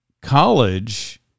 college –